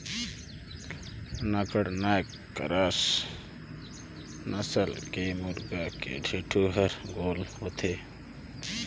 naked neck cross नसल के मुरगा के ढेंटू हर गोल होथे